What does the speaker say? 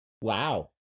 Wow